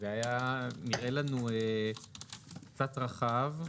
זה היה נראה לנו קצת רחב.